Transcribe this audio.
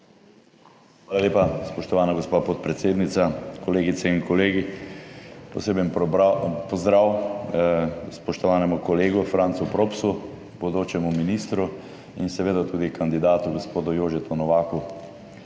Hvala lepa, spoštovana gospa podpredsednica. Kolegice in kolegi, poseben pozdrav spoštovanemu kolegu Francu Propsu, bodočemu ministru, in seveda tudi kandidatu, gospodu Jožetu Novaku!